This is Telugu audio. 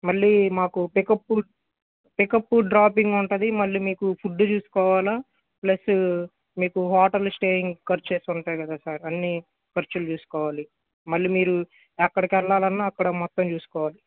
మళ్ళీ మాకు పికప్ పికప్ డ్రాపింగ్ ఉంటుంది మళ్ళీ మీకు ఫుడ్ చూసుకోవాలి ప్లస్ మీకు హోటల్ స్టేయింగ్ ఖర్చేస్ ఉంటాయి కదా సార్ అన్నీ ఖర్చులు చూసుకోవాలి మళ్ళీ మీరు ఎక్కడికి వెళ్ళాలన్న అక్కడ మొత్తం చూసుకోవాలి